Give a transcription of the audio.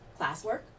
classwork